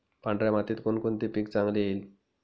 पांढऱ्या मातीत कोणकोणते पीक चांगले येईल?